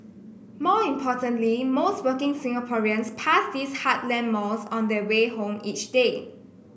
more importantly most working Singaporeans pass these heartland malls on their way home each day